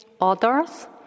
others